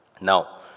Now